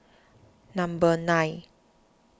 number nine